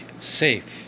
safe